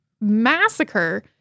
massacre